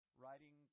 writing